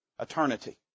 eternity